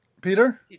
Peter